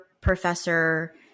professor